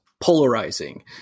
polarizing